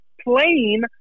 playing